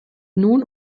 nun